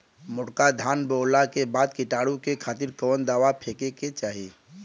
मोटका धान बोवला के बाद कीटाणु के खातिर कवन दावा फेके के चाही?